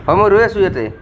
হয় মই ৰৈ আছোঁ ইয়াতে